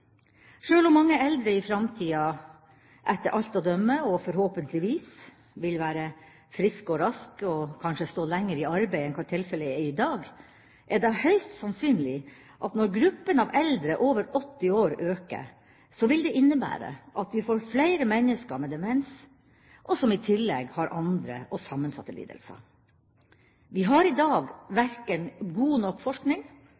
Sjøl om mange eldre i framtida etter alt å dømme, og forhåpentligvis, vil være friske og raske og kanskje stå lenger i arbeid enn hva tilfellet er i dag, er det høyst sannsynlig at når gruppa av eldre over 80 år øker, vil det innebære at vi får flere mennesker med demens og flere som i tillegg har andre og sammensatte lidelser. Vi har i dag verken god nok forskning